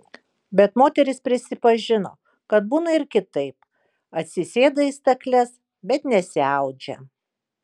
bet moteris prisipažino kad būna ir kitaip atsisėda į stakles bet nesiaudžia